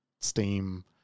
Steam